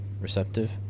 receptive